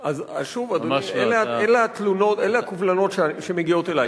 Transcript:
שוב, אדוני, אלה הקובלנות שמגיעות אלי.